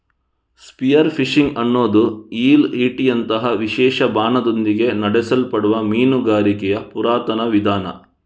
spear fishing ಅನ್ನುದು eel ಈಟಿಯಂತಹ ವಿಶೇಷ ಬಾಣದೊಂದಿಗೆ ನಡೆಸಲ್ಪಡುವ ಮೀನುಗಾರಿಕೆಯ ಪುರಾತನ ವಿಧಾನ